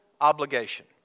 obligation